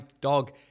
dog